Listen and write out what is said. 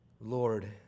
Lord